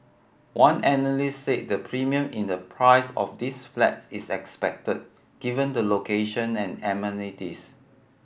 one analyst said the premium in the price of these flats is expected given the location and amenities